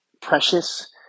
precious